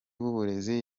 w’uburezi